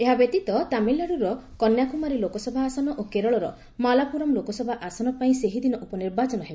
ଏହା ବ୍ୟତୀତ ତାମିଲନାଡୁର କନ୍ୟାକୁମାରୀ ଲୋକସଭା ଆସନ ଓ କେରଳର ମାଲାପୁରମ୍ ଲୋକସଭା ଆସନ ପାଇଁ ସେହିଦିନ ଉପନିର୍ବାଚନ ହେବ